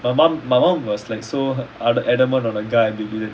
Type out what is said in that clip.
my mum my mum was like so ada~ adamant on a guy baby